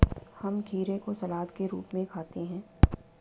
हम खीरे को सलाद के रूप में खाते हैं